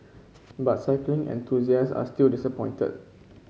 but cycling enthusiast are still disappointed